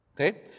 Okay